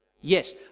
Yes